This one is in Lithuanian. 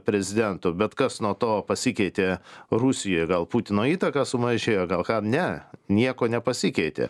prezidentu bet kas nuo to pasikeitė rusijoj gal putino įtaka sumažėjo gal ką ne nieko nepasikeitė